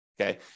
Okay